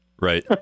Right